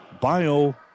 Bio